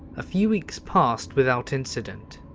a few weeks passed without incident.